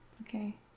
okay